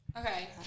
Okay